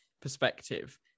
perspective